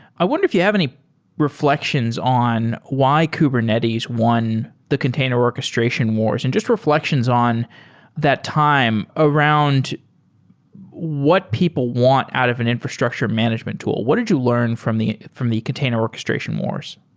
i wonder if you have any refl ections on why kubernetes won the container orchestration wars and just refl ections on that time around what people want out of an infrastructure management tool. what did you learn from the from the container orchestration wars?